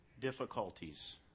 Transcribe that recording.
difficulties